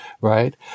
right